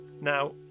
now